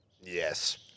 Yes